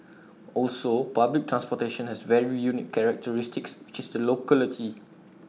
also public transportation has very unique characteristics which is the locality